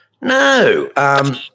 No